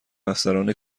افسران